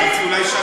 אז אולי,